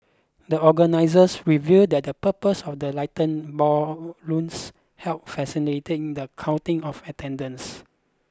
the organisers revealed that the purpose of the lightened balloons helped facilitating the counting of attendance